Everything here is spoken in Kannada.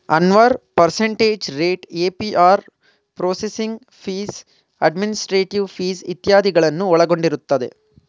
Anwar percentage rate, APR processing fees, administrative fees ಇತ್ಯಾದಿಗಳನ್ನು ಒಳಗೊಂಡಿರುತ್ತದೆ